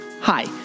Hi